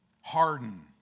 Harden